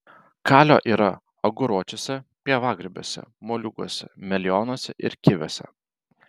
kalio yra aguročiuose pievagrybiuose moliūguose melionuose ir kiviuose